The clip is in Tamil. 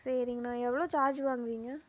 சரிங்ண்ணா எவ்வளோ சார்ஜ் வாங்குவீங்க